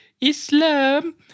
Islam